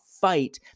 fight